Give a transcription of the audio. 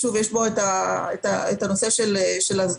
יש את הנושא של ההסדרה,